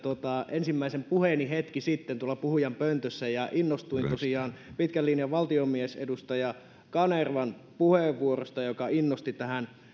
ensimmäisen puheeni hetki sitten tuolla puhujanpöntössä ja innostuin tosiaan pitkän linjan valtiomiehen edustaja kanervan puheenvuorosta joka innosti tähän